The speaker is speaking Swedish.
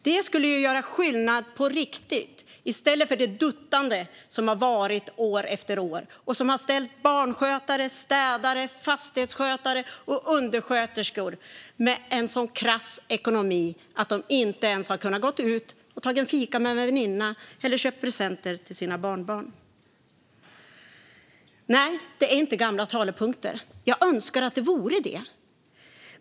Det skulle göra skillnad på riktigt i stället för det duttande som har varit år efter år och som har ställt barnskötare, städare, fastighetsskötare och undersköterskor med en sådan krass ekonomi att de inte ens har kunnat gå ut och ta en fika med en väninna eller köpa presenter till sina barnbarn. Nej, det är inte gamla talepunkter. Jag önskar att det vore det.